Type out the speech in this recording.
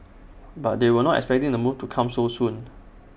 but they were not expecting the move to come so soon